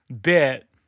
bit